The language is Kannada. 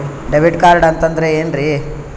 ಡೆಬಿಟ್ ಕಾರ್ಡ್ ಅಂತಂದ್ರೆ ಏನ್ರೀ?